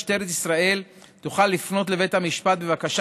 משטרת ישראל תוכל לפנות לבית המשפט בבקשה